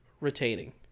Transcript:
retaining